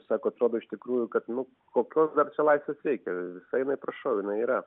sako atrodo iš tikrųjų kad nu kokios dar čia laisvės reikia visai jinai prašau jinai yra